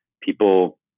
people